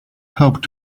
helped